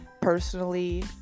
personally